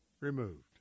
removed